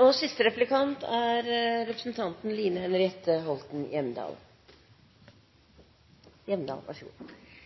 Norge har en god